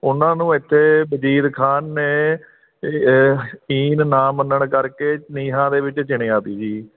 ਉਹਨਾਂ ਨੂੰ ਇੱਥੇ ਵਜ਼ੀਰ ਖਾਨ ਨੇ ਈਨ ਨਾ ਮੰਨਣ ਕਰਕੇ ਨੀਹਾਂ ਦੇ ਵਿੱਚ ਚਿਣਿਆ ਤੀ ਜੀ